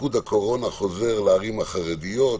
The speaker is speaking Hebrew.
מיקוד הקורונה חוזר לערים החרדיות,